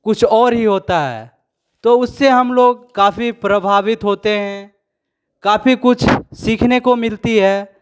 कुछ और ही होता है तो उससे हम लोग काफी प्रभावित होते हैं काफी कुछ सीखने को मिलती है